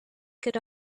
could